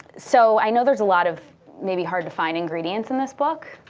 so i know there's a lot of maybe hard to find ingredients in this book.